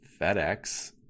FedEx